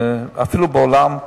אפילו בעולם,